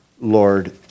Lord